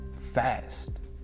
fast